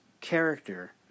character